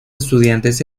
estudiantes